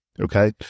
Okay